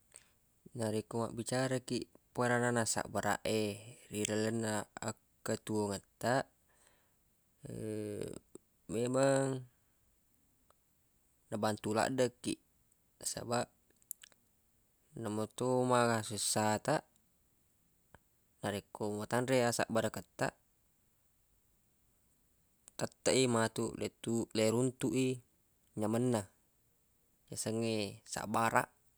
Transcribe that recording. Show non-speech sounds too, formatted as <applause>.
Narekko mabbicara kiq parananna sabbaraq e ri lalenna akkatuwongettaq <hesitation> memeng nabantu laddeq kiq nasabaq namo to maga sessa taq narekko matanre asabbarakettaq tetteq i matu letu- le runtui nyamenna yasengnge sabbaraq